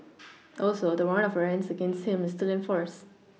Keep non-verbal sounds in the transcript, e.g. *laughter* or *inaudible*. *noise* also the warrant of arrest against him is still in force